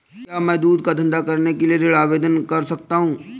क्या मैं दूध का धंधा करने के लिए ऋण आवेदन कर सकता हूँ?